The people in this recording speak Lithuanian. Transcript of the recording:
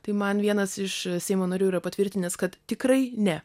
tai man vienas iš seimo narių yra patvirtinęs kad tikrai ne